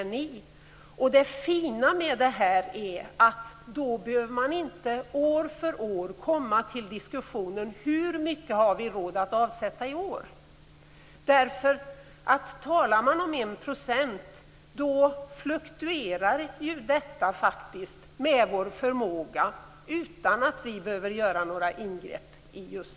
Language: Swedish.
Det fina med detta är att man inte behöver diskutera varje år hur mycket som skall avsätts för det året. Detta enprocentsmål fluktuerar då med vår förmåga utan att vi behöver göra några ingrepp.